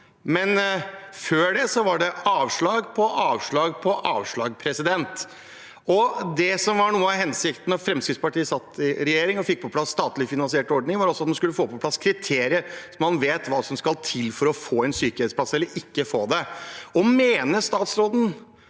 det før det var avslag på avslag på avslag. Det som var noe av hensikten da Fremskrittspartiet satt i regjering og fikk på plass en statlig finansiert ordning, var at en skulle få på plass kriterier, slik at man vet hva som skal til for å få en sykehjemsplass eller ikke få det. Mener statsråden